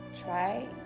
try